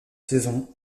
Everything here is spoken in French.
saison